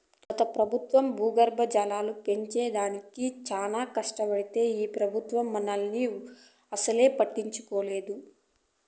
గత పెబుత్వం భూగర్భ జలాలు పెంచే దానికి చానా కట్టబడితే ఈ పెబుత్వం మనాలా వూసే పట్టదాయె